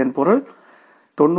இதன் பொருள் 99